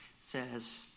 says